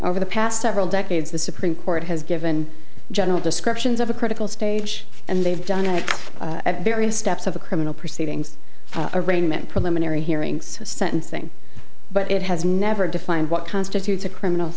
over the past several decades the supreme court has given general descriptions of a critical stage and they've done it at various steps of the criminal proceedings arraignment preliminary hearings sentencing but it has never defined what constitutes a criminal